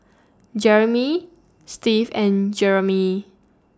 Jerimy Steve and Jeramie